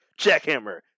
jackhammer